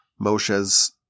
Moshe's